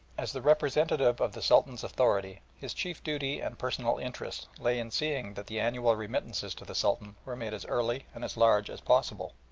as the representative of the sultan's authority, his chief duty and personal interest lay in seeing that the annual remittances to the sultan were made as early and as large as possible,